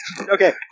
Okay